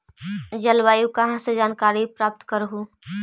जलवायु कहा से जानकारी प्राप्त करहू?